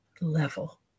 level